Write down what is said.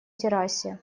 террасе